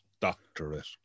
doctorate